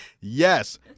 Yes